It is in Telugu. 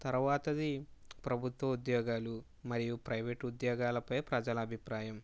తర్వాతది ప్రభుత్వ ఉద్యోగాలు మరియు ప్రైవేటు ఉద్యోగాలపై ప్రజల అభిప్రాయం